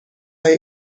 های